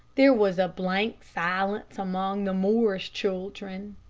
there was a blank silence among the morris children.